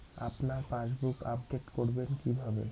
আপনার passbook update করবেন কিভাবে?